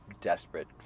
desperate